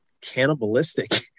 cannibalistic